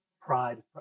Pride